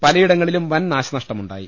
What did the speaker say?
പലയിടങ്ങളിലും വൻ നാശനഷ്ടമുണ്ടായി